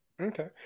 Okay